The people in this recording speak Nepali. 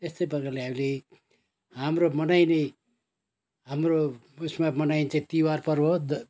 यस्तै प्रकारले हामीले हाम्रो मनाइने हाम्रो उयसमा मनाइन्छ तिहार पर्व द